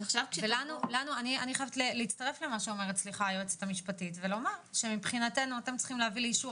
אני מצטרפת למה שאומרת היועצת המשפטית ולומר שמבחינתנו אתם צריכים לאישור